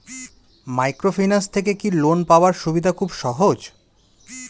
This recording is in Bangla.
মাইক্রোফিন্যান্স থেকে কি লোন পাওয়ার সুবিধা খুব সহজ?